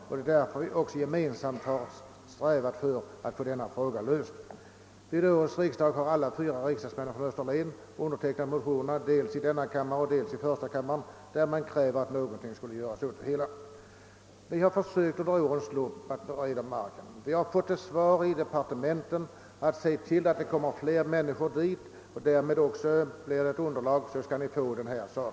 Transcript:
Det är också därför vi gemensamt har strävat efter att få denna fråga ordnad. Vid årets riksdag har alla de fyra riksdagsmännen från Österlen undertecknat motioner dels i denna och dels i första kammaren där det krävs att någonting skall göras för att lösa problemet. Vi har under årens lopp försökt bereda marken för en lösning. Vi har då av departementet fått till svar: Se till att det kommer fler människor dit så att det finns ett underlag för det, så skall ni få ett gymnasium.